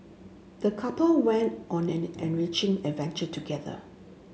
the couple went on an enriching adventure together